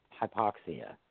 hypoxia